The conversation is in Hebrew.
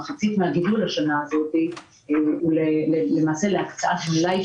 מחצית מן הגידול בשנה הזאת הוא להקצאת מלאי